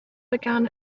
began